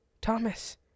Thomas